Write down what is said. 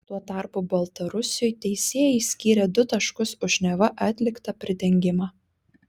tuo tarpu baltarusiui teisėjai skyrė du taškus už neva atliktą pridengimą